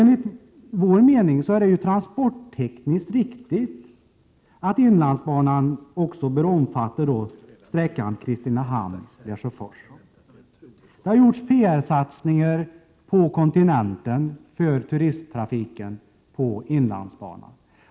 Enligt vår mening är det transporttekniskt riktigt att inlandsbanan också skall omfatta sträckan Kristinehamn —Lesjöfors. Det har gjorts PR-satsningar på kontinenten för turisttrafiken på Inlandsbanan.